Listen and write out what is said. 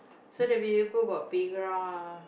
so that'll be the pool got playground ah